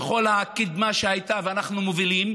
בכל הקדמה שהייתה ואנחנו מובילים,